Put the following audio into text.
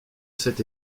cet